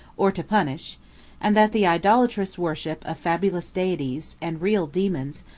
or to punish and, that the idolatrous worship of fabulous deities, and real daemons,